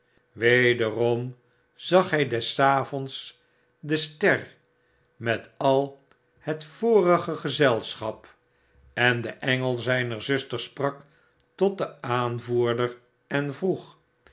wederom zag hy des avonds de ster met al het vorige gezelschap en de engel zyner zuster sprak tot den aanvoerder en vroeg